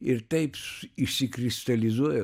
ir taip išsikristalizuoja